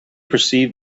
perceived